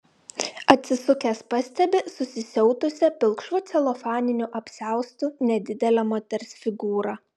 atsisukęs pastebi susisiautusią pilkšvu celofaniniu apsiaustu nedidelę moters figūrą